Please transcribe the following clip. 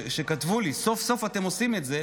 שכתבו לי: סוף-סוף אתם עושים את זה,